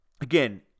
again